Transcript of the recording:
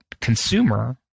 consumer